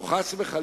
או, חס וחלילה,